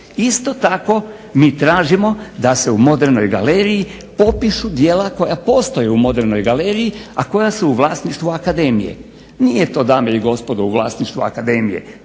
Isto tako, mi tražimo da se u modernoj galeriji popišu djela koja postoje u modernoj galeriji, a koja su u vlasništvu akademije. Nije to dame i gospodo u vlasništvu akademije,